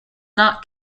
not